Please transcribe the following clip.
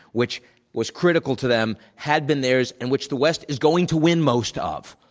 which was critical to them, had been theirs, and which the west is going to win most of,